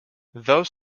though